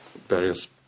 various